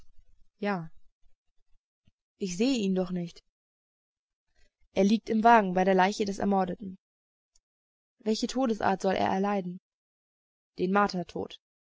ja ich sehe ihn doch nicht er liegt im wagen bei der leiche des ermordeten welche todesart soll er erleiden den